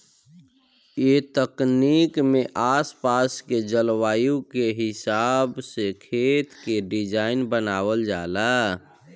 ए तकनीक में आस पास के जलवायु के हिसाब से खेत के डिज़ाइन बनावल जाला